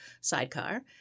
sidecar